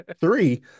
three